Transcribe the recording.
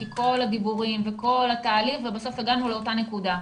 כי כל הדיבורים וכל התהליך ובסוף הגענו לאותה נקודה.